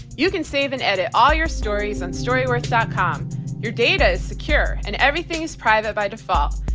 you can save and edit all your stories on storyworth. ah com. your data is secure, and everything is private by default.